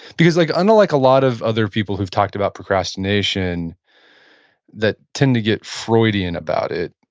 because like unlike a lot of other people who've talked about procrastination that tend to get freudian about it,